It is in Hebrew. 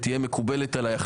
תהיה מקובלת עליה.